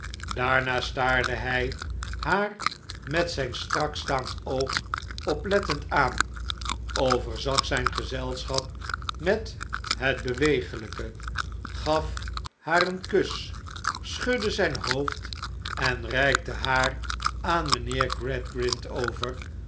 daarna staarde hij haar met zijn strakstaand oog oplettend aan overzag zijn gezelschap met het beweeglijke gaf haar een kus schudde zijn hoofd en reikte haar aan mijnheer gradgrind over